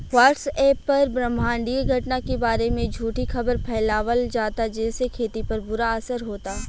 WhatsApp पर ब्रह्माण्डीय घटना के बारे में झूठी खबर फैलावल जाता जेसे खेती पर बुरा असर होता